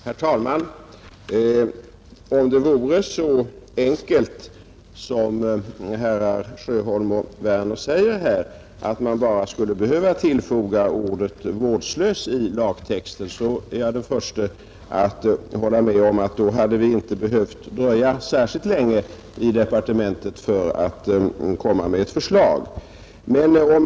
Herr talman! Om det vore så enkelt, som herrar Sjöholm och Werner i Malmö säger, att man bara skulle behöva tillfoga ordet ”vårdslöshet” i lagtexten, då hade vi inte behövt dröja särskilt länge i departementet med att komma med ett förslag; det är jag den förste att hålla med om.